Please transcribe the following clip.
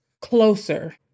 closer